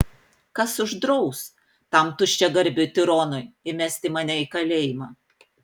kas uždraus tam tuščiagarbiui tironui įmesti mane į kalėjimą